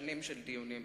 לשנים של דיונים.